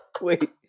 wait